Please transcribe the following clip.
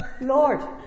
Lord